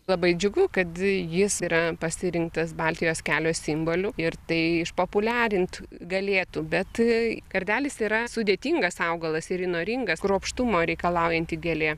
labai džiugu kad jis yra pasirinktas baltijos kelio simboliu ir tai išpopuliarint galėtų bet kardelis yra sudėtingas augalas ir įnoringas kruopštumo reikalaujanti gėlė